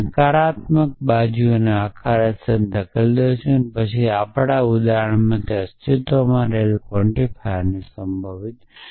તમે નકારાત્મક બાજુને આખા રસ્તે ધકેલી દીધી છે અને તમે આપણાં ઉદાહરણમાં અસ્તિત્વમાં રહેલા ક્વોન્ટિફાયર્સને સંભવત